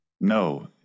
No